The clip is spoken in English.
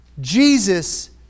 Jesus